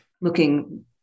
looking